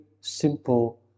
simple